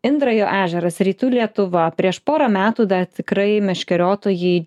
indrajo ežeras rytų lietuva prieš pora metų dar tikrai meškeriotojai